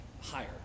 higher